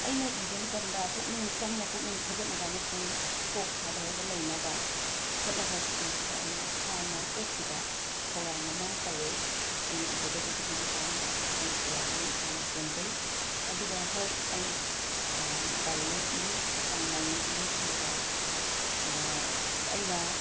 ꯑꯩꯅ ꯏꯕ ꯃꯇꯝꯗ ꯄꯨꯛꯅꯤꯡ ꯆꯪꯅ ꯄꯨꯛꯅꯤꯡ ꯊꯧꯒꯠꯅꯕ ꯑꯃꯁꯨꯡ ꯀꯣꯛ ꯊꯥꯙꯔꯒ ꯂꯩꯅꯕ ꯍꯣꯠꯅꯕ ꯁꯤꯗꯩꯁꯤꯗ ꯑꯩꯅ ꯍꯥꯟꯅ ꯀꯣꯛꯁꯤꯗ ꯊꯧꯔꯥꯡ ꯑꯃ ꯇꯧꯋꯦ ꯑꯩꯅ ꯏꯒꯗꯕꯗꯨꯒꯤ ꯃꯇꯥꯡꯗ ꯑꯩꯅ ꯊꯧꯔꯥꯡ ꯑꯃ ꯏꯁꯥꯅ ꯁꯦꯝꯖꯩ ꯑꯗꯨꯒ ꯍꯣꯏ ꯑꯩ ꯗꯥꯏꯔꯤ ꯏ ꯆꯥꯡ ꯅꯥꯏꯅ ꯏ ꯑꯗꯨꯒ ꯑꯩꯅ